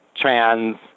trans